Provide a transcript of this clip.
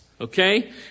Okay